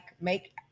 make